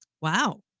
Wow